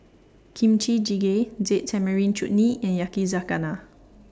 Kimchi Jjigae Date Tamarind Chutney and Yakizakana